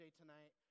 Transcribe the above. tonight